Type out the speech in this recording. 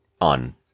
on